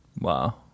Wow